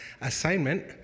assignment